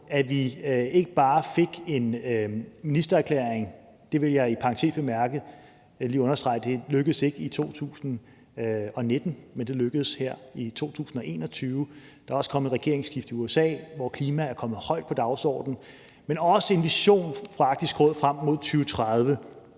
måned ikke bare fik en ministererklæring – jeg vil lige i parentes bemærke, at det ikke lykkedes i 2019, men det lykkedes her i 2021; og at der også er kommet et regeringsskifte i USA, hvor klima er kommet højt på dagsordenen – men også en vision fra Arktisk Råd frem mod 2030.